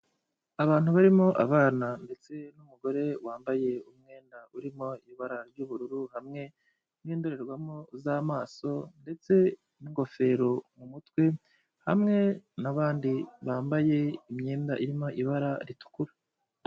Abantu barimo abana ndetse n'umugore wambaye umwenda urimo ibara ry'ubururu hamwe n'indorerwamo z'amaso ndetse n'ingofero mu mutwe, hamwe n'abandi bambaye imyenda irimo ibara ritukura.